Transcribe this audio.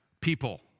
people